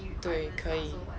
对可以